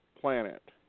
planet